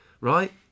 right